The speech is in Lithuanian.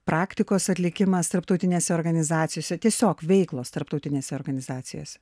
praktikos atlikimas tarptautinėse organizacijose tiesiog veiklos tarptautinėse organizacijose